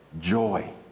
joy